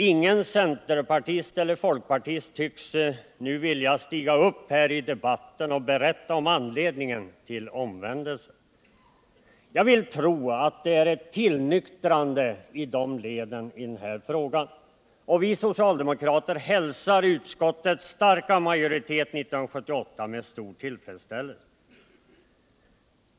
Ingen centerpartist eller folkpartist tycks nu villig att begära ordet och berätta om anledningen till omvändelsen. Jag vill tro att det är fråga om ett tillnyktrande i de leden i denna fråga. Vi socialdemokrater hälsar utskottets starka majoritet 1978 med stor tillfredsställelse.